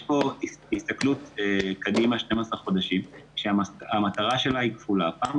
יש פה הסתכלות על 12 חודשים קדימה שמטרתה כפולה: א',